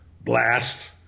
blast